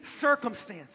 circumstances